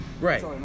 Right